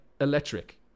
electric